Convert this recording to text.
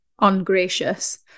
ungracious